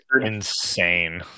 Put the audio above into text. insane